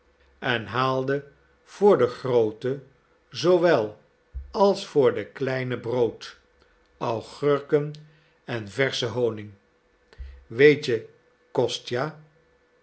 en haalde voor de groote zoowel als voor de kleinen brood agurken en verschen honig weet je kostja